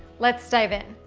let's dive in.